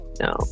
No